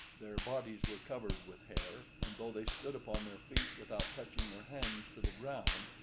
their bodies were covered with hair, and though they stood upon their feet without touching their hands to the ground,